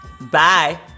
Bye